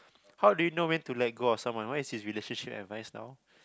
how do you know when to let go of someone what is his relationship advice now